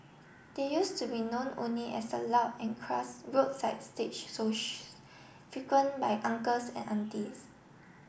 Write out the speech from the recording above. they used to be known only as the loud and crass roadside stage shows frequent by uncles and aunties